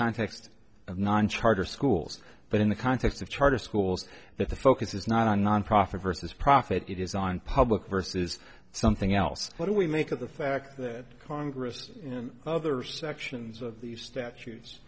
context of non charter schools but in the context of charter schools that the focus is not on nonprofit versus profit it is on public versus something else what do we make of the fact that congress and other sections of the statues